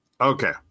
Okay